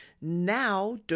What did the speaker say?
Now